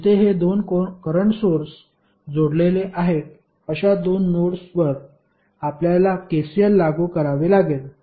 जिथे हे दोन करंट सोर्स जोडलेले आहेत अशा दोन नोड्सवर आपल्याला KCL लागू करावे लागेल